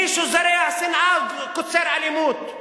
מי שזורע שנאה קוצר אלימות.